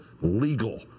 legal